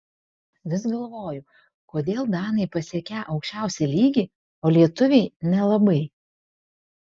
vis galvoju kodėl danai pasiekią aukščiausią lygį o lietuviai nelabai